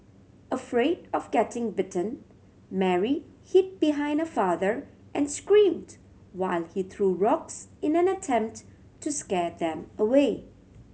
afraid of getting bitten Mary hid behind her father and screamed while he threw rocks in an attempt to scare them away